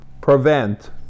prevent